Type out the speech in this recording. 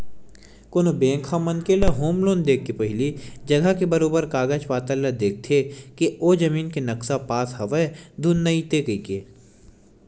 कोनो बेंक ह मनखे ल होम लोन देके पहिली जघा के बरोबर कागज पतर ल देखथे के ओ जमीन के नक्सा पास हवय धुन नइते कहिके